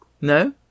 no